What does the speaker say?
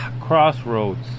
crossroads